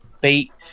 beat